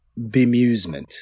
bemusement